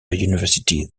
university